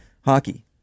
hockey